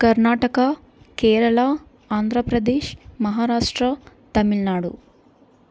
Karnataka Kerala Andhra Pradesh Maharashtra Tamil Nadu